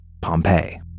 Pompeii